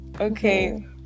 okay